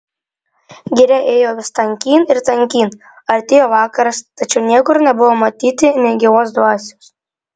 giria ėjo vis tankyn ir tankyn artėjo vakaras tačiau niekur nebuvo matyti nė gyvos dvasios